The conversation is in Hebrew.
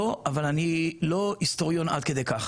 לא, אבל אני לא היסטוריון עד כדי כך.